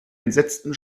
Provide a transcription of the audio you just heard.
entsetzten